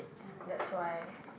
that's why